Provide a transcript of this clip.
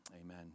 amen